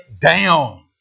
down